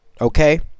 Okay